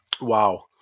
Wow